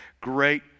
great